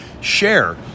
share